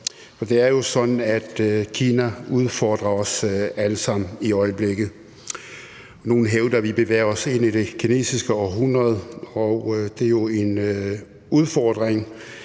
det er jo sådan, at Kina udfordrer os alle sammen i øjeblikket. Nogle hævder, at vi bevæger os ind i det kinesiske århundrede, og det er jo en udfordring,